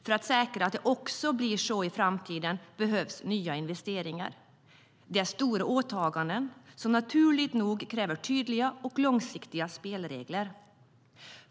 För att säkra att det blir så också i framtiden behövs nya investeringar. Det är stora åtaganden som naturligt nog kräver tydliga och långsiktiga spelregler.